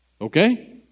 Okay